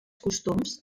costums